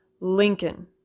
Lincoln